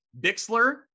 Bixler